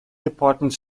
department